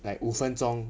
like 五分钟